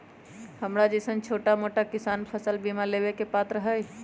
हमरा जैईसन छोटा मोटा किसान फसल बीमा लेबे के पात्र हई?